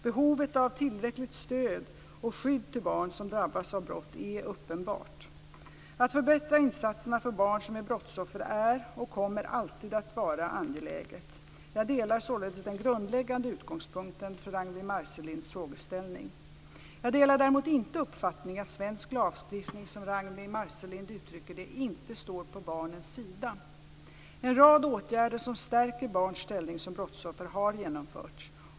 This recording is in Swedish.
Behovet av tillräckligt stöd till och skydd för barn som drabbas av brott är uppenbart. Att förbättra insatserna för barn som är brottsoffer är och kommer alltid att vara angeläget. Jag delar således den grundläggande utgångspunkten för Ragnwi Marcelinds frågeställning. Jag delar däremot inte uppfattningen att svensk lagstiftning, som Ragnwi Marcelind uttrycker det, "inte står på barnens sida". En rad åtgärder som stärker barns ställning som brottsoffer har genomförts.